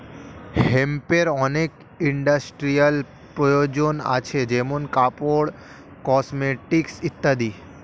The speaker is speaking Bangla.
হেম্পের অনেক ইন্ডাস্ট্রিয়াল প্রয়োজন আছে যেমন কাপড়, কসমেটিকস ইত্যাদি